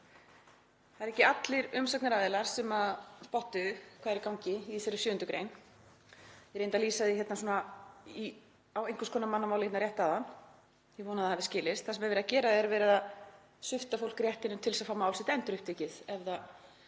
Það eru ekki allir umsagnaraðilar sem spottuðu hvað er í gangi í þeirri 7. gr. Ég reyndi að lýsa því svona á einhvers konar mannamál hérna rétt áðan. Ég vona að það hafi skilist. Það sem er verið að gera er að verið er að svipta fólk réttinum til þess að fá mál sitt endurupptekið ef það